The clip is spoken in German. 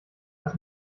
das